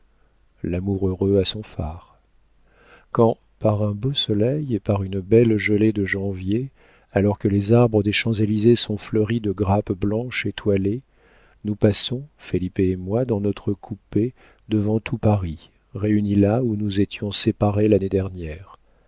l'amour heureux a son fard quand par un beau soleil et par une belle gelée de janvier alors que les arbres des champs-élysées sont fleuris de grappes blanches étiolées nous passons felipe et moi dans notre coupé devant tout paris réunis là où nous étions séparés l'année dernière